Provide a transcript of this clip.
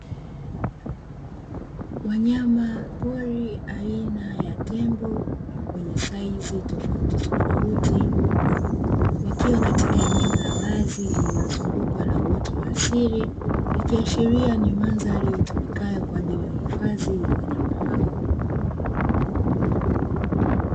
Wanyamapori aina ya tembo, wenye saizi tofautitofauti wakiwa katika eneo la wazi lililozungukwa na uoto wa asili, ikiashiria ni mandhari itumikayo kwa ajili ya hifadhi ya wanyama hao.